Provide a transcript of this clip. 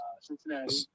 Cincinnati